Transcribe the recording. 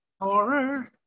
horror